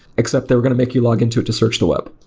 except they were going to make you log into it to search the web.